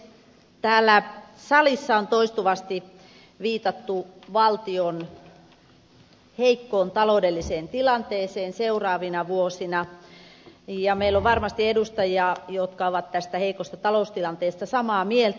täällä salissa on toistuvasti viitattu valtion heikkoon taloudelliseen tilanteeseen seuraavina vuosina ja meillä on varmasti edustajia jotka ovat tästä heikosta taloustilanteesta samaa mieltä